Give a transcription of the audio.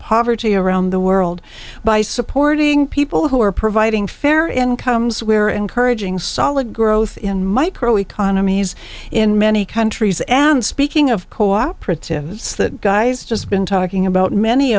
poverty around the world by supporting people who are providing fair incomes where encouraging solid growth in micro economies in many countries and speaking of cooperatives that guy's just been talking about man